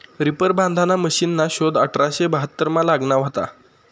reaper बांधाना मशिनना शोध अठराशे बहात्तरमा लागना व्हता